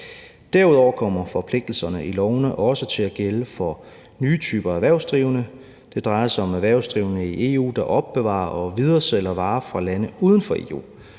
Derudover kommer forpligtelserne i lovene også til at gælde for nye typer af erhvervsdrivende. Det drejer sig om erhvervsdrivende i EU, der opbevarer og videresælger varer fra lande udenfor